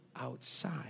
outside